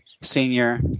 senior